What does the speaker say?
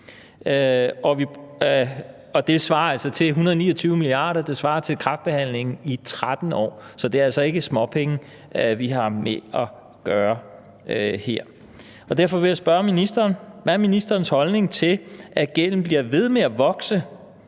kr. svarer altså til kræftbehandlingen i 13 år. Så det er altså ikke småpenge, vi har med at gøre her. Derfor vil jeg spørge ministeren: Hvad er ministerens holdning til, at gælden bliver ved med at vokse,